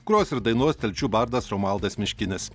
gros ir dainuos telšių bardas romualdas miškinis